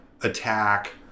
attack